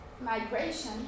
migration